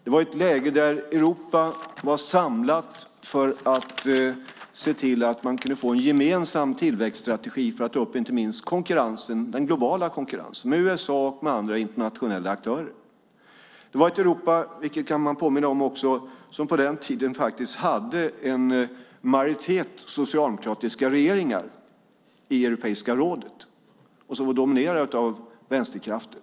Det var i ett läge där Europa var samlat för att se till att man kunde få en gemensam tillväxtstrategi för att ta upp inte minst den globala konkurrensen med USA och andra internationella aktörer. Det var ett Europa, vilket man också kan påminna om, som på den tiden hade en majoritet socialdemokratiska regeringar i Europeiska rådet och var dominerat av vänsterkrafter.